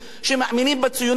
שמאמינים בציונות,